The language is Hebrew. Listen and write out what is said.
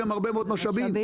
גם הרבה מאוד משאבים.